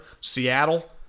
Seattle